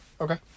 Okay